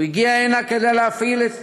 הוא הגיע הנה כדי להפעיל את